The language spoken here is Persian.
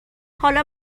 حالا